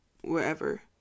wherever